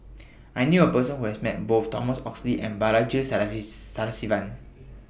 I knew A Person Who has Met Both Thomas Oxley and Balaji Sadasivan